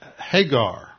Hagar